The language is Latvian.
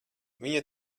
viņa